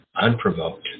unprovoked